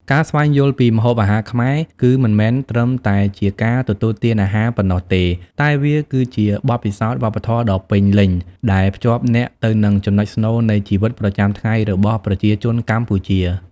ការស្វែងយល់ពីម្ហូបអាហារខ្មែរ គឺមិនមែនត្រឹមតែជាការទទួលទានអាហារប៉ុណ្ណោះទេ តែវាគឺជាបទពិសោធន៍វប្បធម៌ដ៏ពេញលេញ ដែលភ្ជាប់អ្នកទៅនឹងចំណុចស្នូលនៃជីវិតប្រចាំថ្ងៃរបស់ប្រជាជនកម្ពុជា ។